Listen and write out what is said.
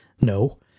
No